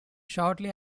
shortly